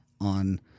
on